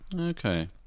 Okay